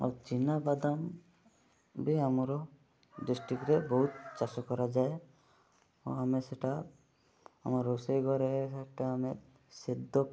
ଆଉ ଚିନାବାଦାମ ବି ଆମର ଡିଷ୍ଟ୍ରିକରେ ବହୁତ ଚାଷ କରାଯାଏ ଓ ଆମେ ସେଟା ଆମ ରୋଷେଇ ଘରେ ସେଟା ଆମେ ସେଦ